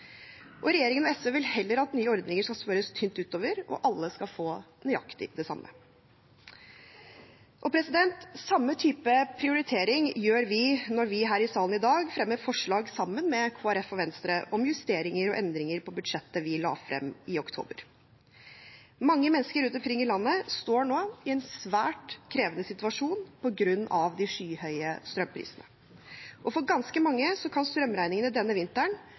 Regjeringen og SV vil heller at nye ordninger skal smøres tynt utover, og alle skal få nøyaktig det samme. Samme type prioritering gjør vi når vi her i salen i dag fremmer forslag sammen med Kristelig Folkeparti og Venstre om justeringer og endringer på budsjettet vi la frem i oktober. Mange mennesker rundt omkring i landet står nå i en svært krevende situasjon på grunn av de skyhøye strømprisene. For ganske mange kan strømregningene denne vinteren